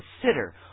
consider